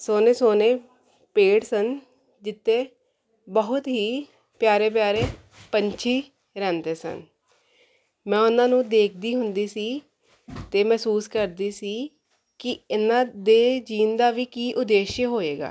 ਸੋਹਣੇ ਸੋਹਣੇ ਪੇੜ ਸਨ ਜਿਸ 'ਤੇ ਬਹੁਤ ਹੀ ਪਿਆਰੇ ਪਿਆਰੇ ਪੰਛੀ ਰਹਿੰਦੇ ਸਨ ਮੈਂ ਉਹਨਾਂ ਨੂੰ ਦੇਖਦੀ ਹੁੰਦੀ ਸੀ ਅਤੇ ਮਹਿਸੂਸ ਕਰਦੀ ਸੀ ਕਿ ਇਹਨਾਂ ਦੇ ਜਿਉਣ ਦਾ ਵੀ ਕੀ ਉਦੇਸ਼ ਹੋਵੇਗਾ